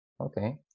Okay